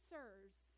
Sirs